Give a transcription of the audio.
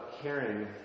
caring